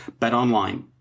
BetOnline